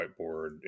whiteboard